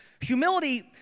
Humility